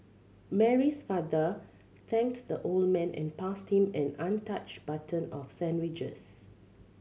Mary's father thanked the old man and passed him an untouched box of sandwiches